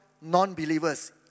non-believers